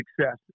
success